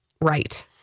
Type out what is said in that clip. right